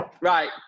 Right